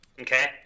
Okay